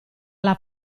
alla